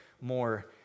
more